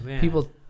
people